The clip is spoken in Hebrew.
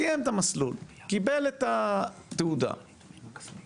סיים את המסלול, קיבל את התעודה, סליחה,